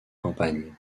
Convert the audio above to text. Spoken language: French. campagnes